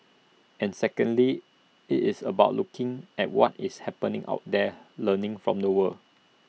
and secondly IT is about looking at what is happening out there learning from the world